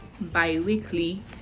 Bi-weekly